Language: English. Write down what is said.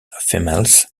females